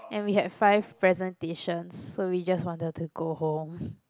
and we had five presentations so we just wanted to go home